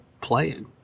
playing